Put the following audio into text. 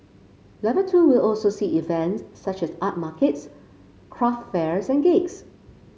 level two will also see events such as art markets craft fairs and gigs